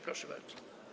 Proszę bardzo.